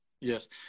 Yes